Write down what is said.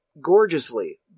gorgeously